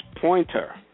Pointer